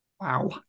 wow